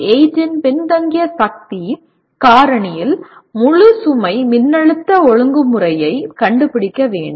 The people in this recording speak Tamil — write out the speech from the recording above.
8 இன் பின்தங்கிய சக்தி காரணியில் முழு சுமை மின்னழுத்த ஒழுங்குமுறையைக் கண்டுபிடிக்க வேண்டும்